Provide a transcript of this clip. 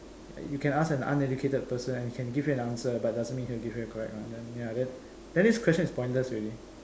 you can ask an uneducated person and he can give you an answer but doesn't mean he'll give you the correct one then ya then this question is pointless already